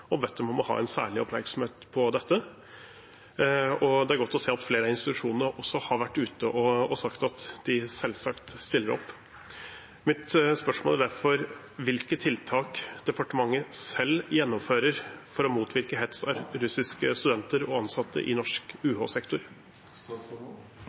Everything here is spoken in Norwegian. og bedt dem om å ha en særlig oppmerksomhet på dette. Det er godt å se at flere av institusjonene også har vært ute og sagt at de selvsagt stiller opp. Mitt spørsmål er derfor: Hvilke tiltak gjennomfører departementet selv for å motvirke hets av russiske studenter og ansatte i norsk